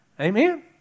Amen